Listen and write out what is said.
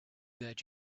that